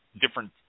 different